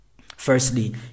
Firstly